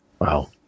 wow